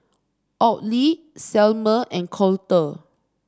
Audley Selmer and Colter